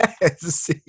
yes